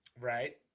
Right